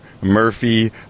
Murphy